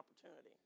opportunity